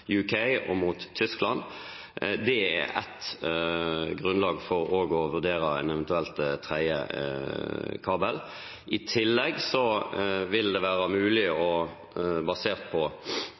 UK og mot Tyskland. Det er ett grunnlag for eventuelt å vurdere en tredje kabel. I tillegg vil det være mulig, basert på estimater, å se på